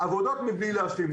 עבודות מבלי להשלים.